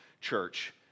church